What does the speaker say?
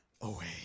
away